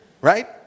Right